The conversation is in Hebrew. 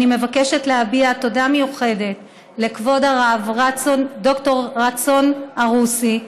אני מבקשת להביע תודה מיוחדת לכבוד הרב ד"ר רצון ערוסי,